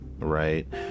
right